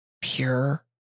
pure